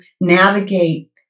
navigate